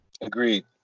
Agreed